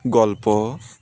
গল্প